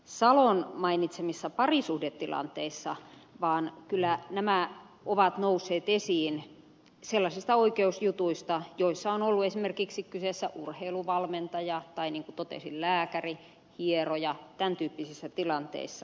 salon mainitsemissa parisuhdetilanteissa vaan kyllä nämä ovat nousseet esiin sellaisista oikeusjutuista joissa on ollut esimerkiksi kyseessä urheiluvalmentaja tai niin kuin totesin lääkäri hieroja tämän tyyppisissä tilanteissa